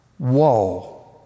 Whoa